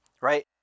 right